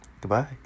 Goodbye